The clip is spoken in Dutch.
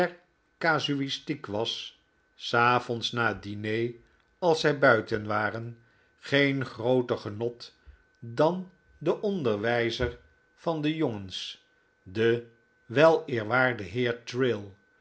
der casuistiek was s avonds na het diner als zij buiten waren geen grooter genot dan den onderwijzer van de jongens den weleerwaarden heer trail